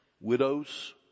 widows